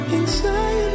Inside